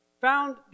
Found